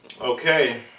okay